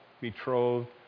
betrothed